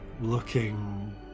looking